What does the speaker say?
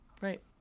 Right